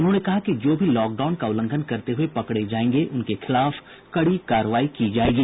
उन्होंने कहा कि जो भी लॉकडाउन का उल्लंघन करते हुये पकड़े जायेंगे उनके खिलाफ कड़ी कार्रवाई की जायेगी